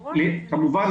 כמובן,